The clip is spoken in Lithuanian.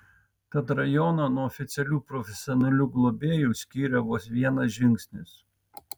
tad rajoną nuo oficialių profesionalių globėjų skiria vos vienas žingsnis